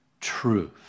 Truth